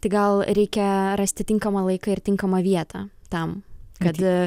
tik gal reikia rasti tinkamą laiką ir tinkamą vietą tam kad